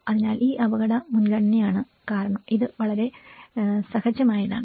അതിനാൽ ഇത് അപകട മുൻഗണനയാണ് കാരണം ഇത് വളരെ സഹജമായതാണ്